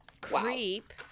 Creep